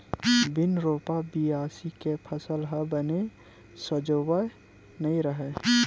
बिन रोपा, बियासी के फसल ह बने सजोवय नइ रहय